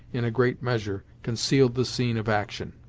in a great measure, concealed the scene of action.